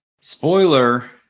Spoiler